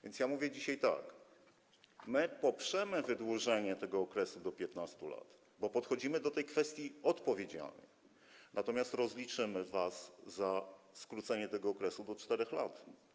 Więc ja mówię dzisiaj tak: My poprzemy wydłużenie tego okresu do 15 lat, bo podchodzimy do tej kwestii odpowiedzialnie, natomiast rozliczymy was za skrócenie tego okresu do 4 lat.